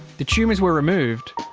the tumours were removed,